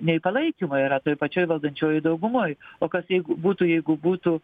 nei palaikymo yra toj pačioj valdančiojoj daugumoj o kas jeigu būtų jeigu būtų